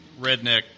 redneck